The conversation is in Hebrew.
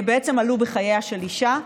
בעצם עלו בחייה של אישה,